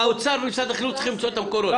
האוצר ומשרד החינוך צריכים למצוא את המקורות,